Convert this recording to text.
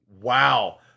wow